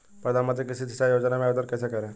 प्रधानमंत्री कृषि सिंचाई योजना में आवेदन कैसे करें?